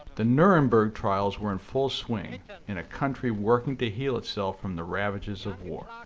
the nuremberg trials were in full swing in a country working to heal itself from the ravages of war.